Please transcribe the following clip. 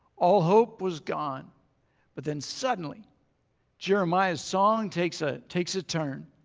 all hope was gone but then suddenly jeremiah's song takes a takes a turn.